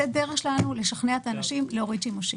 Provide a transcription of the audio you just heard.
זה דרך שלנו לשכנע את האנשים להוריד שימושים.